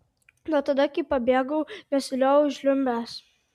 nuo tada kai pabėgau nesilioviau žliumbęs